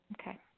Okay